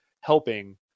helping –